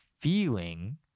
feeling